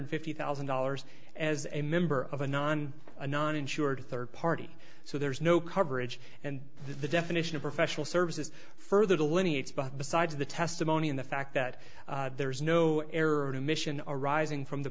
hundred fifty thousand dollars as a member of a non non insured third party so there is no coverage and the definition of professional services further delineates but besides the testimony and the fact that there is no error in emission arising from the